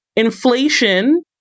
Inflation